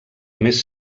més